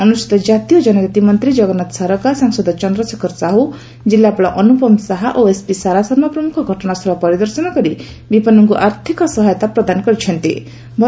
ଅନୁସ୍ତଚିତ କାତି ଓ କନକାତି ମନ୍ତୀ ଜଗନ୍ନାଥ ସାରକା ସାଂସଦ ଚନ୍ଦ୍ରଶେଖର ସାହୁ ଜିଲ୍ଲାପାଳ ଅନୁପମ ଶାହା ଓ ଏସ୍ପି ସାରା ଶର୍ମା ପ୍ରମୁଖ ଘଟଣାସ୍ଚଳ ପରିଦର୍ଶନ କରି ବିପନ୍ତଙ୍କୁ ଆର୍ଥିକ ସହାୟତା ଯୋଗାଇ ଦେଇଥିବା ଜଶାପଡ଼ିଛି